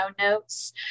notes